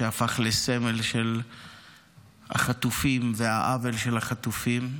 שהפך לסמל של החטופים והעוול של החטופים,